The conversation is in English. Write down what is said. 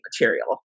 material